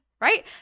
right